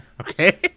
okay